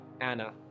Anna